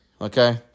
okay